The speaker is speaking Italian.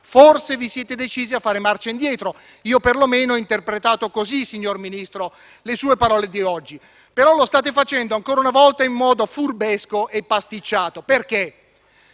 forse vi siete decisi a fare marcia indietro. Io perlomeno ho interpretato così, signor Ministro, le sue parole di oggi. Però lo state facendo, ancora una volta, in modo furbesco e pasticciato, perché